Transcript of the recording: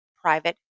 private